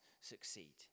succeed